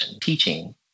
teaching